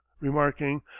remarking